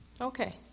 Okay